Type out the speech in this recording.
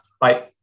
Bye